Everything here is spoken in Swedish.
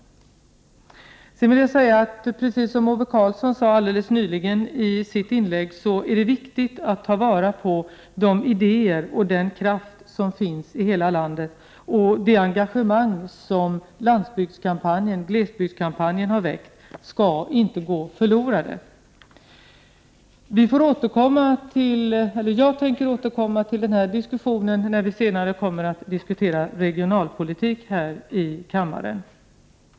Sedan vill jag säga, precis som Ove Karlsson sade alldeles nyligen i sitt inlägg, att det är viktigt att ta vara på de idéer och den kraft som finns i hela landet. Det engagemang som glesbygdskampanjen har väckt bör inte gå förlorat. Jag tänker återkomma till denna diskussion när vi senare tar upp regionalpolitiken här i kammaren.